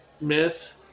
myth